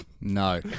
No